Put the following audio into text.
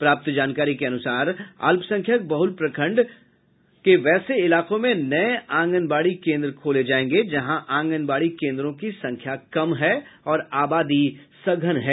प्राप्त जानकारी के अनुसार अल्पसंख्यक बहुल प्रखंड वैसे इलाकों में नये आंगनबाड़ी केन्द्र खोले जायेंगे जहां आंगनबाड़ी केन्द्रों की संख्या कम है और आबादी सघन है